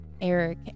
Eric